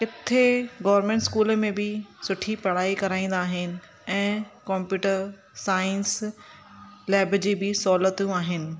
इथे government school में बि सुठी पढ़ाई कराईंदा आहिनि ऐं कंप्यूटर सांइस लैब जी बि सहूलियतूं आहिनि